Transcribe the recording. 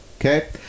Okay